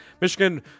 michigan